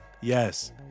yes